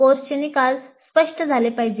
कोर्सचे निकाल स्पष्ट झाले पाहिजेत